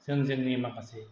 जों जोंनि माखासे